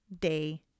day